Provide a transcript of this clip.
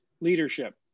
leadership